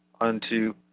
unto